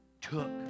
took